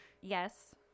Yes